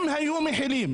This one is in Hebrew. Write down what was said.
אם היו מחילים